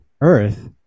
Earth